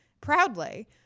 Proudly